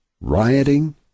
rioting